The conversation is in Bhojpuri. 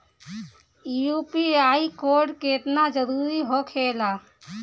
यू.पी.आई कोड केतना जरुरी होखेला?